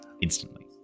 instantly